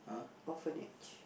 orphanage